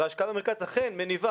וההשקעה במרכז אכן מניבה,